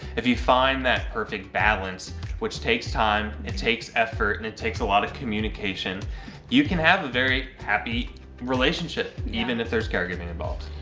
if you find that perfect balance which takes time, it takes effort, and it takes a lot of communication you can have a very happy relationship. even if there's caregiving involved.